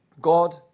God